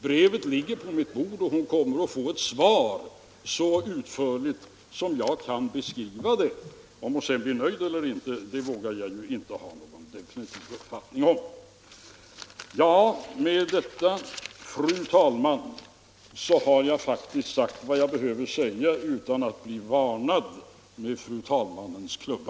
Brevet ligger på mitt bord, och hon kommer att få ett svar, så utförligt som jag kan skriva det. Om hon sedan blir nöjd eller inte vågar jag inte ha någon definitiv uppfattning om. Med detta, fru talman, har jag faktiskt sagt vad jag behöver säga utan att bli varnad med fru talmannens klubba.